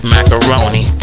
Macaroni